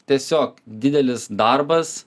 tiesiog didelis darbas